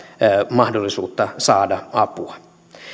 mahdollisuutta saada apua